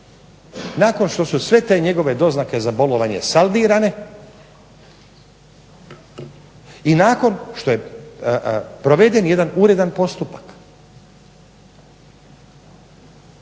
nakon što su sve te njegove doznake za bolovanje saldirane i nakon što je proveden jedan uredan postupak.